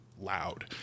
loud